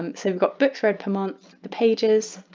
um sort of got books read per month, the pages,